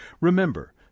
Remember